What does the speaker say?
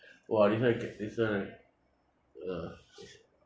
!wah! this one this one ya